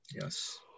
yes